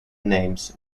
names